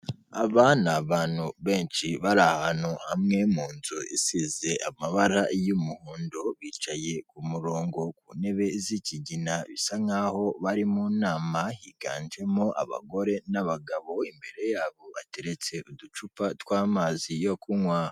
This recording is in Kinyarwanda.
Abana abantu benshi bari ahantu hamwe mu nzu isize amabara y'umuhondo, bicaye ku murongo ku ntebe z'ikigina bisa nkaho bari mu nama, higanjemo abagore n'abagabo, imbere yabo hateretse uducupa tw'amazi yo kunywa.